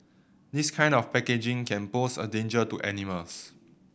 this kind of packaging can pose a danger to animals